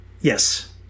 Yes